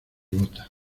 bota